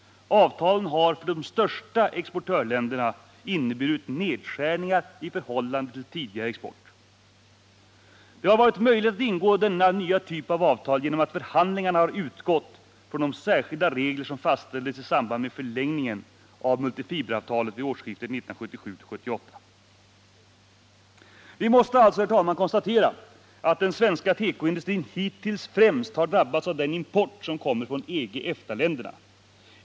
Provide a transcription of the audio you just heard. Avtalen har för de största exportländerna inneburit nedskärningar i förhållande till tidigare export. Det har varit möjligt att ingå denna nya typ av avtal genom att förhandlingarna har utgått från de särskilda regler som fastställdes i samband med förlängningen av multifiberavtalet vid årsskiftet 1977-1978. Vi måste alltså, herr talman, konstatera att den svenska tekoindustrin hittills främst har drabbats av den import som kommer från EG/EFTA länderna.